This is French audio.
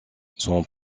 son